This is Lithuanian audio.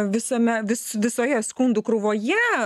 visame vis visoje skundų krūvoje